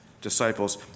disciples